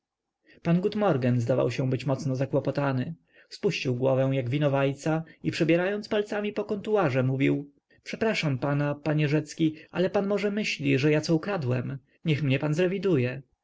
pan ignacy pan gutmorgen zdawał się być mocno zakłopotany spuścił głowę jak winowajca i przebierając palcami po kontuarze mówił przepraszam pana panie rzecki ale pan może myśli że ja co ukradłem niech mnie pan zrewiduje